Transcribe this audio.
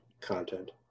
content